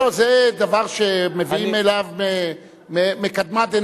לא, זה דבר שמביאים אליו מקדמת דנא.